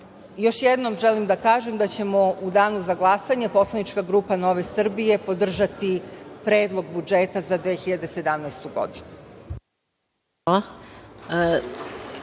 jednom želim da kažem da će u danu za glasanje poslanička grupa NS podržati predlog budžeta za 2017. godinu.